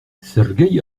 sergeï